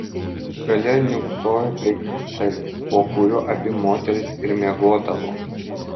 gale niūksojo prekystalis po kuriuo abi moterys ir miegodavo